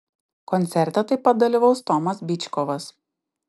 koncerte taip pat dalyvaus tomas byčkovas